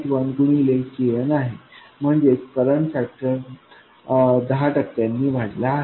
1 गुणिले Knआहे म्हणजेच करंट फॅक्टर 10 टक्क्यांनी वाढला आहे